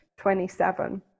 27